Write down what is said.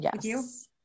Yes